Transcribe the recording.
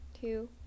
two